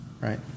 right